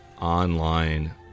Online